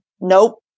Nope